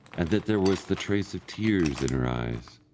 and that there was the trace of tears in her eyes.